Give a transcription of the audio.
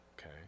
okay